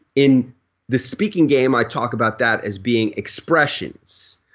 in the speaking game i talk about that as being expressions.